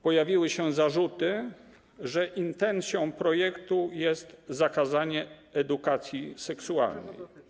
Pojawiły się zarzuty, że intencją projektu jest zakazanie edukacji seksualnej.